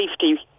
safety